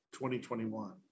2021